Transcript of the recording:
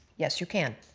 yes you can.